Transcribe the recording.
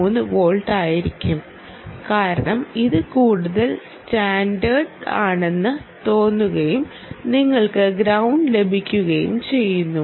3 volt ആയിരിക്കും കാരണം ഇത് കൂടുതൽ സ്റ്റാൻഡേർഡ് ആണെന്ന് തോന്നുകയും നിങ്ങൾക്ക് ഗ്രൌണ്ട് ലഭിക്കുകയും ചെയ്യുന്നു